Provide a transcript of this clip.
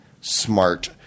smart